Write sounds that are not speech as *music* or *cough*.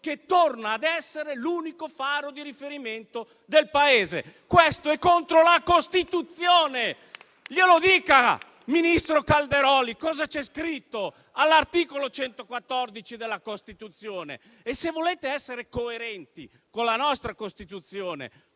che torna ad essere l'unico faro di riferimento del Paese. Questo è contro la Costituzione. *applause* Glielo dica, ministro Calderoli, cosa c'è scritto all'articolo 114 della Costituzione. E, se volete essere coerenti con la nostra Costituzione,